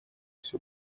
все